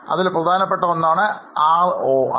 അതിൽ പ്രധാനപ്പെട്ട ഒന്നാണ് ROI